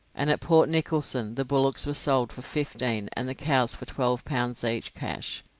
and at port nicholson the bullocks were sold for fifteen and the cows for twelve pounds each, cash.